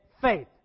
faith